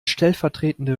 stellvertretende